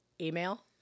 email